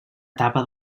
etapa